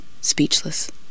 speechless